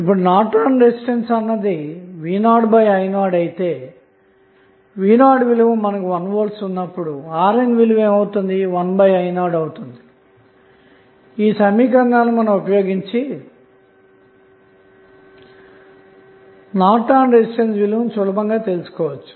ఇప్పుడు Norton resistance అన్నది v0i0 అయితే v0 విలువ 1V ఉనప్పుడు RN విలువ 1i 0 అని చెప్పవచ్చు ఈ సమీకరణాలను ఉపయోగించి నార్టన్ రెసిస్టెన్స్ విలువను సులభంగా తెలుసుకోవచ్చు